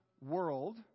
world